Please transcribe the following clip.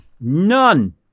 None